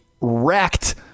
wrecked